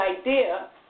idea